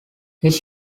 his